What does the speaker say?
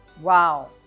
Wow